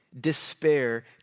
Despair